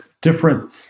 different